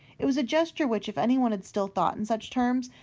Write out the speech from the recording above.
it was a gesture which, if anyone had still thought in such terms,